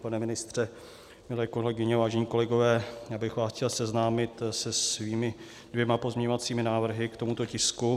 Pane ministře, milé kolegyně, vážení kolegové, já bych vás chtěl seznámit se svými dvěma pozměňovacími návrhy k tomuto tisku.